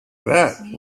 that